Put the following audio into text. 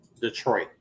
Detroit